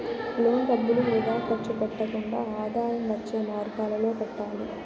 loan డబ్బులు వృథా ఖర్చు పెట్టకుండా ఆదాయం వచ్చే మార్గాలలో పెట్టాలి